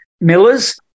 millers